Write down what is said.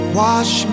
wash